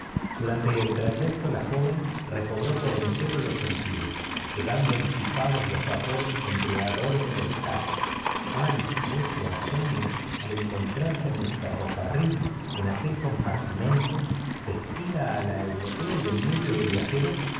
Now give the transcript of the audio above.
durante el trayecto la joven recobró por entero los sentidos quedando disipados los vapores embriagadores del hang cuál fue su asombro al encontrarse en el ferrocarril en aquel compartimento vestida a la europea y en medio de viajeros